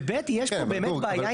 ו-ב' יש פה באמת בעיה אינהרנטית.